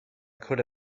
could